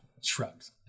shrugs